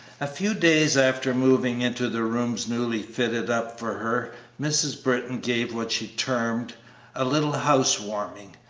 a few days after moving into the rooms newly fitted up for her mrs. britton gave what she termed a little house-warming,